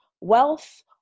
wealth